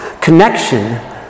Connection